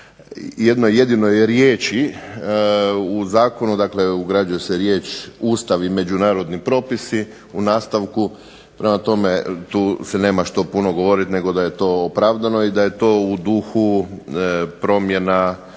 jednoj jedinoj riječi u zakonu, dakle ugrađuje se riječ Ustav i međunarodni propisi u nastavku. Prema tome, tu se nema što puno govoriti nego da je to opravdano i da je to u duhu promjena